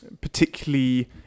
particularly